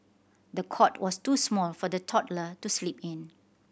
the cot was too small for the toddler to sleep in